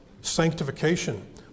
sanctification